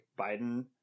Biden